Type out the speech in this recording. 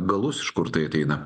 galus iš kur tai ateina